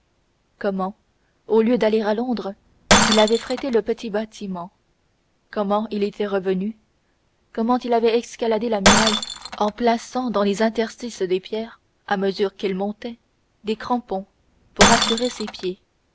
comment au lieu d'aller à londres il avait frété le petit bâtiment comment il était revenu comment il avait escaladé la muraille en plaçant dans les interstices des pierres à mesure qu'il montait des crampons pour assurer ses pieds